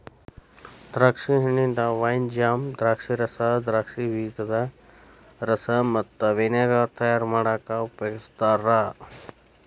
ದ್ರಾಕ್ಷಿ ಹಣ್ಣಿಂದ wine, jam, ದ್ರಾಕ್ಷಿರಸ, ದ್ರಾಕ್ಷಿ ಬೇಜದ ರಸ ಮತ್ತ ವಿನೆಗರ್ ತಯಾರ್ ಮಾಡಾಕ ಉಪಯೋಗಸ್ತಾರ